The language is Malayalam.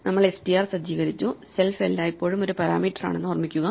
നമ്മൾ str സജ്ജീകരിച്ചു സെൽഫ് എല്ലായ്പ്പോഴും ഒരു പാരാമീറ്ററാണെന്ന് ഓർമ്മിക്കുക